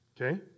Okay